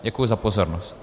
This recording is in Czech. Děkuji za pozornost.